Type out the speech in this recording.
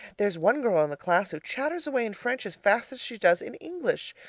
there's one girl in the class who chatters away in french as fast as she does in english.